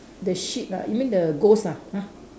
the sheet ah you mean the ghost ah !huh!